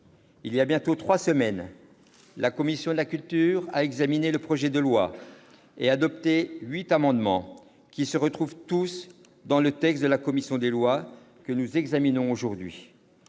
Il y a bientôt trois semaines, la commission de la culture a examiné le projet de loi et adopté huit amendements, qui ont tous été intégrés dans le texte de la commission des lois que nous examinons aujourd'hui.